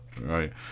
Right